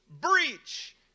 breach